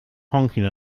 honking